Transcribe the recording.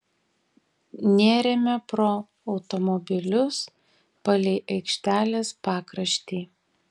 nėrėme pro automobilius palei aikštelės pakraštį